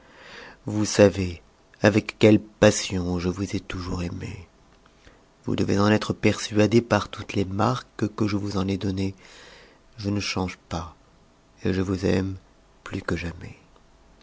vous savez avec quelle passion je vous ai toujours aimée vous devez en être persuadée par toutes les marques que je vous en ai données je ne change pas et je vous aime plus que jamais